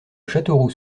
châteauroux